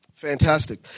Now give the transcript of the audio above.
Fantastic